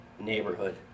neighborhood